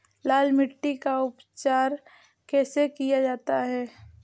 लाल मिट्टी का उपचार कैसे किया जाता है?